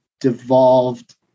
devolved